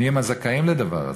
מי הם הזכאים לדבר הזה?